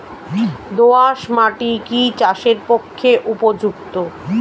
দোআঁশ মাটি কি চাষের পক্ষে উপযুক্ত?